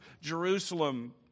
Jerusalem